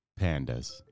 Pandas